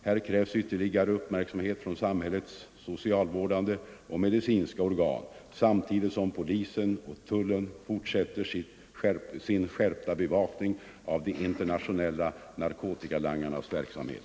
Här krävs ytterligare uppmärksamhet från samhällets socialvårdande och medicinska organ, samtidigt som polisen och tullen fortsätter sin skärpta bevakning av de internationella narkotikalangarnas verksamhet.